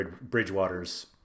bridgewater's